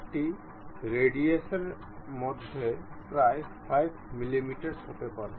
এটি রেডিয়াসের মধ্যে প্রায় 5 মিলিমিটার হতে পারে